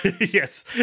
Yes